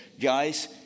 guys